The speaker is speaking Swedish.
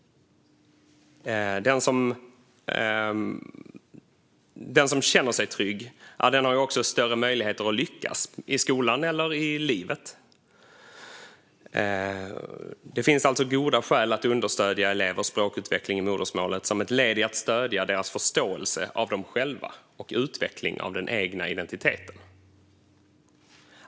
Och den som känner sig trygg har större möjligheter att lyckas i skolan eller i livet. Det finns alltså goda skäl att understödja elevers språkutveckling i modersmålet som ett led i att stödja deras förståelse av sig själva och utveckling av den egna identiteten.